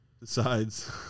decides